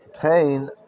pain